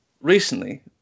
recently